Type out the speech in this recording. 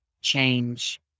change